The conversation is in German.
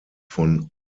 von